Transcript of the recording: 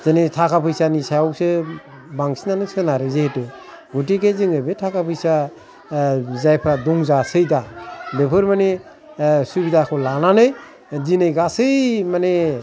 जेने थाखा फैसानि सायावसो बांसिनानो सोनारो जेहेथु गथिखे जों बे थाखा फैसा जायफ्रा दंजासै दा बेफोर माने सुबिदाखाै लानानै दिनै गासै माने